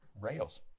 rails